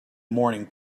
morning